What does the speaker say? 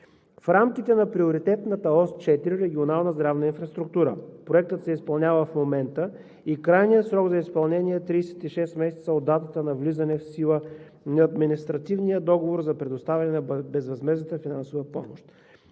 в рамките на приоритетната ос 4 „Регионална здравна инфраструктура“. Проектът се изпълнява в момента и крайният срок за изпълнение е 36 месеца от датата на влизане в сила на административния договор за предоставяне на безвъзмездна финансова помощ.